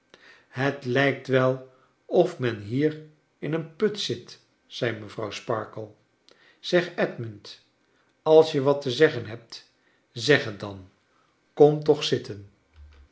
het lijkt wel of men hier in een put zit zei mevrouw sparkler zeg edmund als je wat te zeggen hebt zeg het dan kom toch